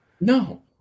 No